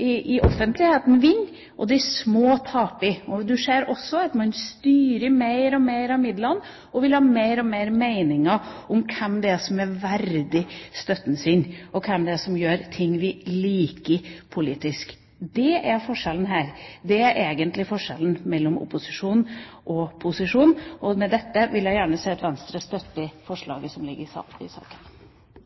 i offentligheten vinner, og de små taper. Man ser også at man styrer flere og flere av midlene og vil ha flere og flere meninger om hvem som er verdig støtte, og hvem som gjør ting man liker politisk. Det er egentlig forskjellen mellom opposisjonen og posisjonen her. Med dette vil jeg si at Venstre støtter forslaget som foreligger i saken, fra opposisjonen. Det er en rekke påstander i